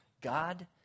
God